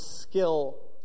skill